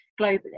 globally